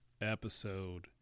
episode